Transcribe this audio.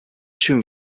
schon